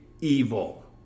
evil